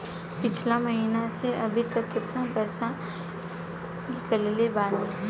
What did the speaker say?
पिछला महीना से अभीतक केतना पैसा ईकलले बानी?